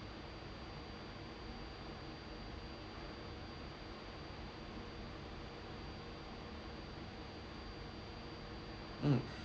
mm